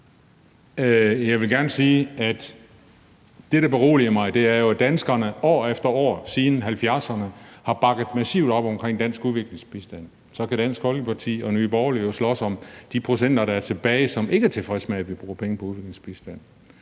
Jeg vil gerne sige, at det, der beroliger mig, er, at danskerne år efter år siden 1970'erne har bakket massivt op om dansk udviklingsbistand. Så kan Dansk Folkeparti og Nye Borgerlige jo slås om de procenter, der er tilbage, som ikke er tilfredse med, at vi bruger penge på udviklingsbistand.